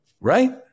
right